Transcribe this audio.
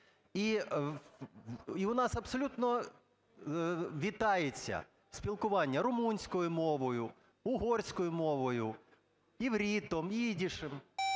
І у нас абсолютно вітається спілкування румунською мовою, угорською мовою, івритом, їдишем,